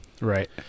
right